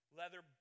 leather